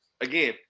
again